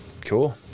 cool